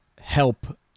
help